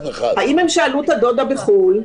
האם הם שאלו את הדודה בחו"ל.